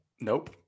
Nope